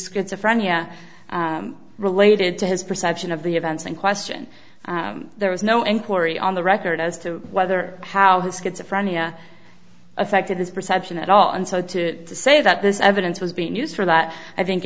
schizophrenia related to his perception of the events in question there was no inquiry on the record as to whether how his schizophrenia affected his perception at all and so to say that this evidence was being used for that i